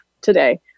today